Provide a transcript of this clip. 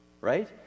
right